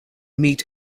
meet